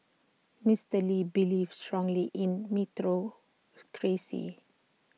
Mister lee believed strongly in meritocracy